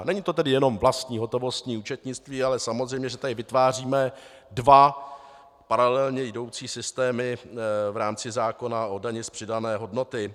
Není to tedy jenom vlastní hotovostní účetnictví, ale samozřejmě že tady vytváříme dva paralelně jdoucí systémy v rámci zákona o dani z přidané hodnoty.